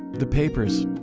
the papers,